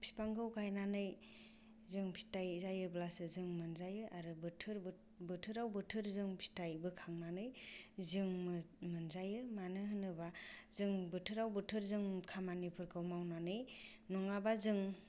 बिफांखौ गायनानै जों फिथाइ जायोब्लासो जों मोनजायो आरो बोथोराव बोथोरजों फिथाइ बोखांनानै जों मोनजायो मानो होनोबा जों बोथोराव बोथोरजों खामानिफोरखौ मावनानै नङाबा जों